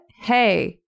hey